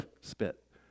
Spit